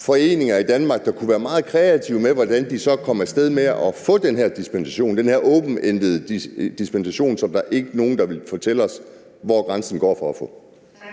foreninger i Danmark, der kunne være meget kreative med, hvordan de så kom af sted med at få den her dispensation, den her openended dispensation, som der ikke er nogen der vil fortælle os hvor grænsen går for at få.